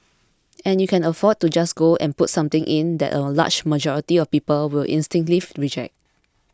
and you cannot afford to just go and put something in that a large majority of people will instinctively reject